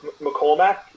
McCormack